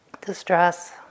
distress